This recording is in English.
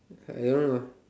I don't know